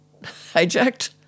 hijacked